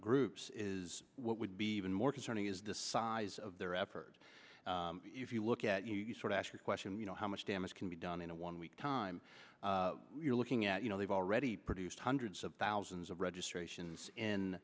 groups is what would be even more concerning is the size of their effort if you look at you sort of ask the question you know how much damage can be done in a one week time you're looking at you know they've already produced hundreds of thousands of registration